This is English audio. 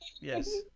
Yes